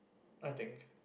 I think